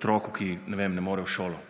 otroku ki, ne vem, ne more v šolo.